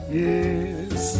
yes